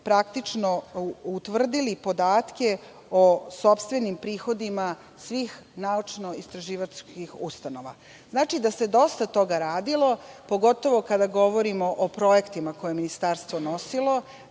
praktično su utvrdili podatke o sopstvenim prihodima svih naučno-istraživačkih ustanova. Znači da se dosta toga radilo, pogotovo kada govorimo o projektima koje je ministarstvo nosilo,